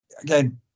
again